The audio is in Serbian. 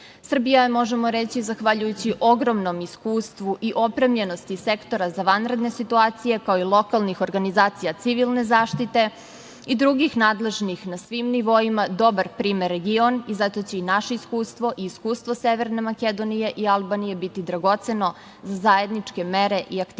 je, možemo reći, zahvaljujući ogromnom iskustvu i opremljenosti sektora za vanredne situacije, kao i lokalnih organizacija civilne zaštite i drugih nadležnih na svim nivoima, dobar primer za region i zato će i naše iskustvo i iskustvo Severne Makedonije i Albanije biti dragoceno za zajedničke mere i aktivnosti